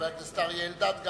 חבר הכנסת אריה אלדד,